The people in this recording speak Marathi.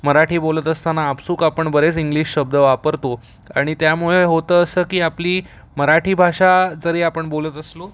मराठी बोलत असताना आपसूक आपण बरेच इंग्लिश शब्द वापरतो आणि त्यामुळे होतं असं की आपली मराठी भाषा जरी आपण बोलत असलो